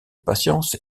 patience